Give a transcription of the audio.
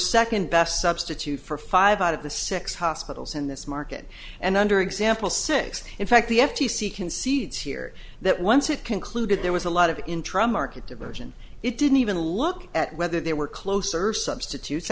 second best substitute for five out of the six hospitals in this market and under example six in fact the f t c concedes here that once it concluded there was a lot of interim market diversion it didn't even look at whether there were close service substitutes